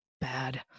bad